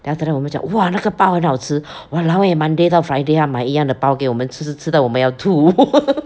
then after that 我们讲 !wah! 那个包很好吃 !walao! eh monday 到 friday 他买一样的包给我们吃吃吃到我们要吐